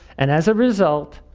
and as a result,